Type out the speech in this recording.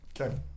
Okay